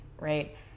right